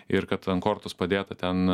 ir kad ant kortos padėta ten